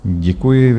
Děkuji.